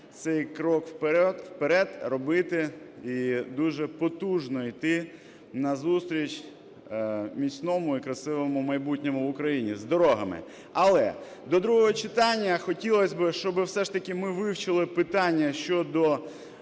цей крок вперед робити і дуже потужно йти назустріч міцному і красивому майбутньому України з дорогами. Але до другого читання хотілось би, щоби все ж таки ми вивчили питання щодо